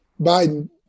Biden